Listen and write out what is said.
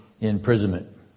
imprisonment